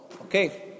Okay